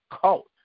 cult